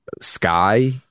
sky